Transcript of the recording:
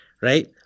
right